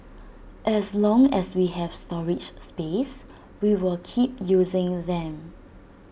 as long as we have storage space we will keep using them